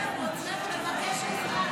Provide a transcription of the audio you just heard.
הוא מבקש עזרה.